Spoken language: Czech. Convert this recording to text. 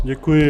Děkuji.